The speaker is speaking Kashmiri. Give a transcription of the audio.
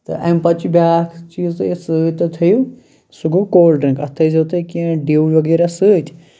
تہٕ امہِ پتہٕ چھُ بیاکھ چیٖز یُس تُہۍ یَتھ سۭتۍ تُہۍ تھٲیِو سُہ گوٚو کولڑ ڈرٛنٛک اَتھ تھٲیِزیٚو تُہۍ کینٛہہ ڈیو وَغیرَہ سۭتۍ